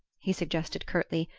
he suggested curtly,